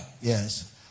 Yes